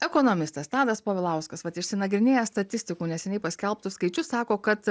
ekonomistas tadas povilauskas vat išsinagrinėjęs statistikų neseniai paskelbtus skaičius sako kad